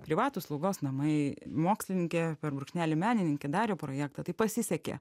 privatūs slaugos namai mokslininkė per brūkšnelį menininkė darė projektą tai pasisekė